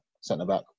centre-back